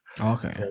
Okay